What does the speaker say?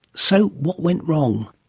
so, what went wrong,